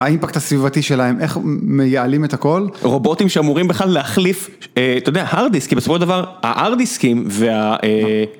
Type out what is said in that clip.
האימפקט הסביבתי שלהם, איך מייעלים את הכל? רובוטים שאמורים בכלל להחליף, אתה יודע, ההרד דיסקים עצמו דבר, ההרד דיסקים וה...